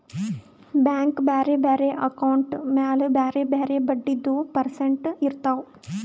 bank ಬ್ಯಾರೆ ಬ್ಯಾರೆ account ಮ್ಯಾಲ ಬ್ಯಾರೆ ಬ್ಯಾರೆ ಬಡ್ಡಿದು ಪರ್ಸೆಂಟ್ ಇರ್ತಾವ್